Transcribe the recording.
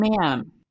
ma'am